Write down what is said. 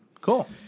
Cool